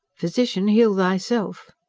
physician, heal thyself!